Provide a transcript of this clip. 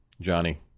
Johnny